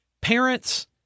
Parents